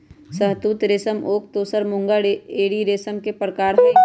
शहतुत रेशम ओक तसर मूंगा एरी रेशम के परकार हई